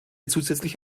zusätzlich